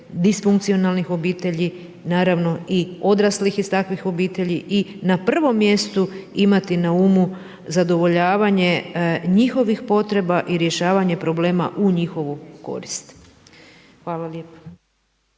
disfunkcionalnh obitelji, naravno i odraslih iz takvih obitelji i na prvom mjestu imati na umu zadovoljavanje njihovih potreba i rješavanje problema u njihovu korist. Hvala lijepo